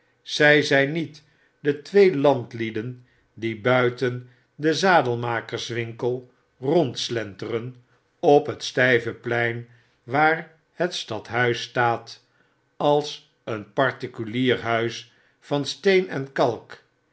zy zyn niet de twee landlieden die buiten den zadelmakerswinkel rondslei eren op het styve plein waar het stadhuis staat als een particulier huis van steen en kalk